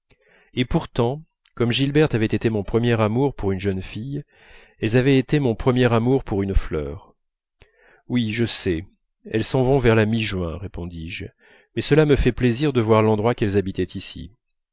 et pourtant comme gilberte avait été mon premier amour pour une jeune fille elles avaient été mon premier amour pour une fleur oui je sais elles s'en vont vers la mi juin répondis-je mais cela me fait plaisir de voir l'endroit qu'elles habitaient ici